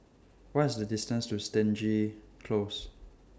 What IS The distance to Stangee Close